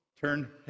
Turn